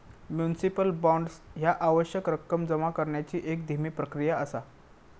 municipal bonds ह्या आवश्यक रक्कम जमा करण्याची एक धीमी प्रक्रिया असा